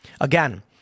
Again